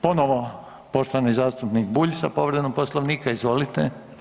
Ponovno poštovani zastupnik Bulj sa povredom Poslovnika, izvolite.